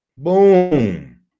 Boom